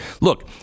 Look